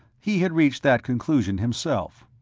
he had reached that conclusion, himself.